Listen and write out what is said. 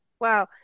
Wow